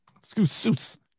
suits